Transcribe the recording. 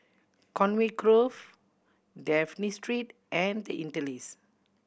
Conway Grove Dafne Street and The Interlace